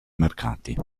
mercati